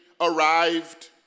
arrived